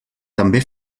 també